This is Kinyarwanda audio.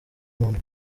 umuntu